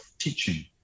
teaching